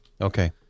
Okay